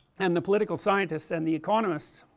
and the political scientists and the economists